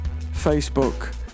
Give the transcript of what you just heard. Facebook